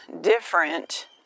different